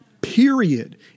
period